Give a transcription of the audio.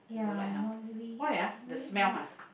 yeah not really don't really